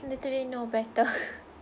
literally no better